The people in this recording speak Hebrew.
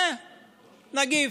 אה, נגיף.